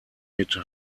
mit